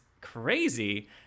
crazy